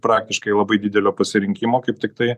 praktiškai labai didelio pasirinkimo kaip tiktai